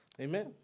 Amen